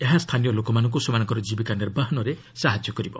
ଏହା ସ୍ଥାନୀୟ ଲୋକମାନଙ୍କୁ ସେମାନଙ୍କର ଜୀବିକା ନିର୍ବାହନରେ ସାହାଯ୍ୟ କରିବ